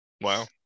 wow